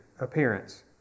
appearance